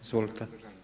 Izvolite.